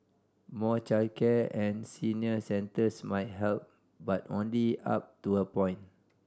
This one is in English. more childcare and senior centres might help but only up to a point